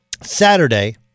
Saturday